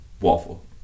Waffle